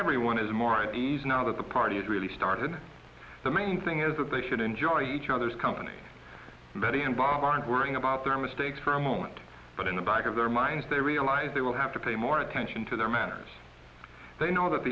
everyone is more of a these now that the party is really started the main thing is that they should enjoy each other's company and betty and bob aren't worrying about their mistakes for a moment but in the back of their minds they realize they will have to pay more attention to their manners they know that